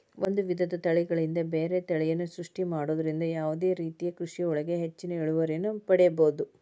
ಒಂದ್ ವಿಧದ ತಳಿಗಳಿಂದ ಬ್ಯಾರೆ ತಳಿಯನ್ನ ಸೃಷ್ಟಿ ಮಾಡೋದ್ರಿಂದ ಯಾವದೇ ರೇತಿಯ ಕೃಷಿಯೊಳಗ ಹೆಚ್ಚಿನ ಇಳುವರಿಯನ್ನ ಪಡೇಬೋದು